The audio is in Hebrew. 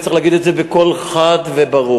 וצריך להגיד את זה בקול חד וברור.